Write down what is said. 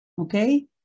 okay